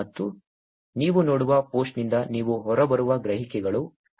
ಮತ್ತು ನೀವು ನೋಡುವ ಪೋಸ್ಟ್ನಿಂದ ನೀವು ಹೊರಬರುವ ಗ್ರಹಿಕೆಗಳು